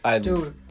Dude